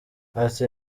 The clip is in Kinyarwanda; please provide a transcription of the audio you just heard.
ati